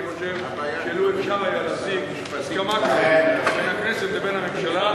אני חושב שלו אפשר היה להשיג הסכמה כזאת בין הכנסת לבין הממשלה,